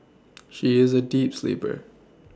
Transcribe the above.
she is a deep sleeper